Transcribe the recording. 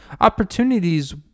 Opportunities